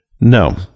No